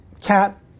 cat